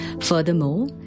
Furthermore